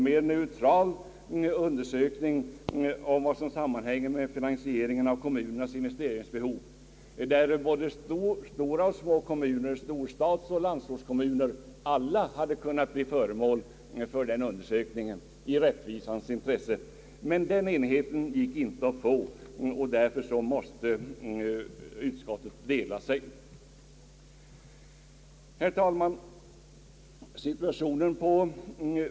Det gick alltså inte att åstadkomma enighet om en mera neutral undersökning av finansieringen av både stora och små kommuners, storstäders och landskommuners investeringsbehov, och därför redovisas delade meningar i utlåtandet. Herr talman!